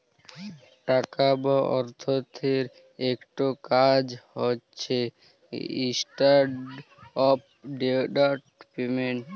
টাকা বা অথ্থের ইকট কাজ হছে ইস্ট্যান্ডার্ড অফ ডেফার্ড পেমেল্ট